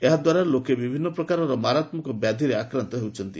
ଏହା ଦ୍ୱାରା ଲୋକେ ବିଭିନ୍ନ ପ୍ରକାର ମାରାତ୍ମକ ବ୍ୟାଧିରେ ଆକ୍ରାନ୍ତ ହେଉଛନ୍ତି